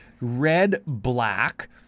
red-black